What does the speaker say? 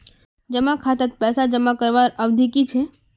जमा खातात पैसा जमा करवार अवधि की छे?